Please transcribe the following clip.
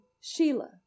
Sheila